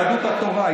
יהדות התורה,